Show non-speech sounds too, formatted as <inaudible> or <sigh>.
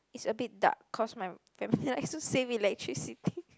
it's a bit dark cause my family likes to save electricity <laughs>